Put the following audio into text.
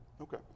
Okay